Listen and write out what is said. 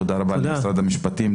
תודה רבה למשרד המשפטים,